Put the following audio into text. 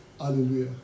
Hallelujah